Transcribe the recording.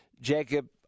Jacob